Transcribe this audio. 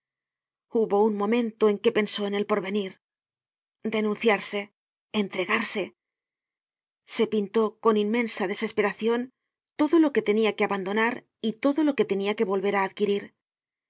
hubo un momento en que pensó en el porvenir denunciarse entregarse se pintó con inmensa desesperacion todo lo que tenia que abandonar y todo lo que tenia que volver á adquirir